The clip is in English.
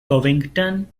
covington